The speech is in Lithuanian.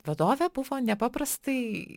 vadovė buvo nepaprastai